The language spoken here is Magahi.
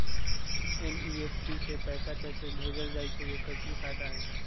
एन.ई.एफ.टी से पैसा कैसे भेजल जाइछइ? एकर की फायदा हई?